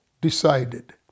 decided